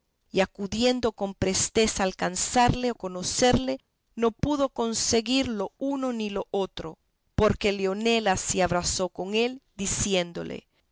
y acudiendo con presteza a alcanzarle o conocerle no pudo conseguir lo uno ni lo otro porque leonela se abrazó con él diciéndole